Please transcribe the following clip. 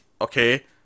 okay